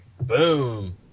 Boom